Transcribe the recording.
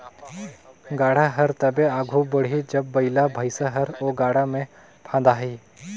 गाड़ा हर तबे आघु बढ़ही जब बइला भइसा हर ओ गाड़ा मे फदाही